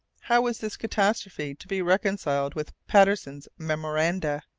how was this catastrophe to be reconciled with patterson's memoranda?